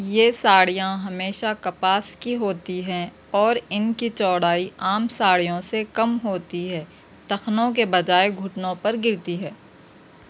یہ ساڑیاں ہمیشہ کپاس کی ہوتی ہیں اور ان کی چوڑائی عام ساڑیوں سے کم ہوتی ہے ٹخنوں کے بجائے گھٹنوں پر گرتی ہے